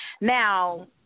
Now